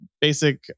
basic